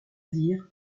dire